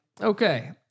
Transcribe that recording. Okay